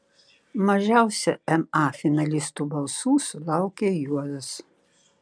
mažiausia ma finalistų balsų sulaukė juozas